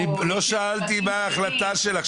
לא שאלתי מה ההחלטה שלך,